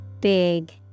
Big